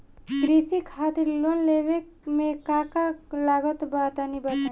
कृषि खातिर लोन लेवे मे का का लागत बा तनि बताईं?